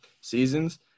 seasons